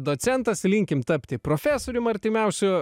docentas linkim tapti profesorium artimiausiu